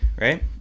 right